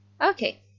Okay